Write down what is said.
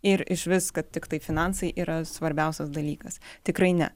ir išvis kad tiktai finansai yra svarbiausias dalykas tikrai ne